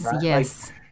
yes